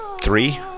three